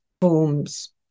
forms